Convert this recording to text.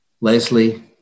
Leslie